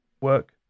work